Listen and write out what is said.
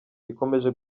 ikomeje